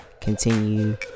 Continue